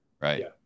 right